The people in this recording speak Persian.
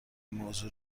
موضوع